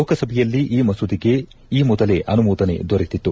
ಲೋಕಸಭೆಯಲ್ಲಿ ಈ ಮಸೂದೆಗೆ ಈ ಮೊದಲೇ ಅನುಮೋದನೆ ದೊರೆತಿತ್ತು